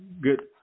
good